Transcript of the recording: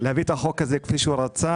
להביא את החוק הזה כפי שהוא רצה.